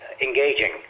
engaging